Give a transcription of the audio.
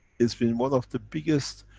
it's been one of the biggest